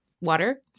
Water